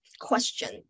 question